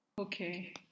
Okay